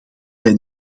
wij